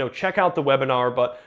so check out the webinar, but,